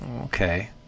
Okay